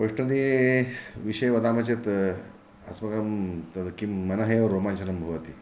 वैष्णोदेवीविषये वदामः चेत् अस्माकं तत् किं मनः एव रोमाञ्चनं भवति